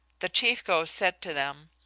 the chief ghost said to them,